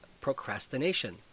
procrastination